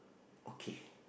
okay